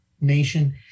nation